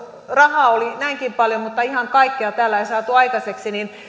rahaa oli näinkin paljon ihan kaikkea tällä ei saatu aikaiseksi ja